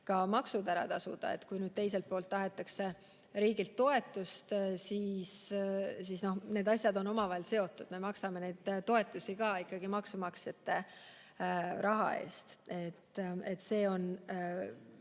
ka maksud ära tasuda. Kui nüüd teiselt poolt tahetakse riigilt toetust, siis need asjad on omavahel seotud – me maksame toetusi ikkagi maksumaksjate raha eest. Te